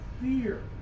fear